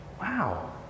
Wow